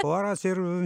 oras ir